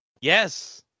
Yes